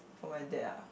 for my dad ah